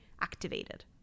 activated